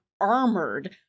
armored